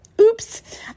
Oops